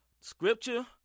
Scripture